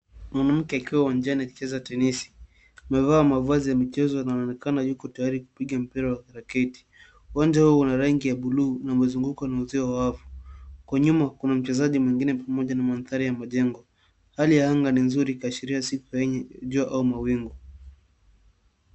Mwanamke akiwa uwanjani akicheza tenisi, amevaa mavazi ya michezo na anaonekana yuko tayari kupiga mpira wa raketi. Uwanja huu unarangi ya buluu na umezungukwa na uzio wa wavu. Kwa nyuma kuna mchezaji mwingine pamoja na mandhari ya majengo. Hali ya anga ni nzuri kuashiria siku yenye jua au mawingu.